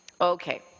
okay